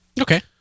Okay